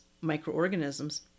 microorganisms